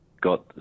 got